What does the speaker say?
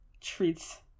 treats